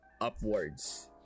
upwards